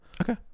Okay